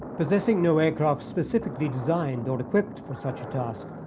possessing no aircraft specifically designed or equipped for such a task,